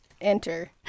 enter